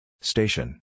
Station